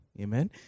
Amen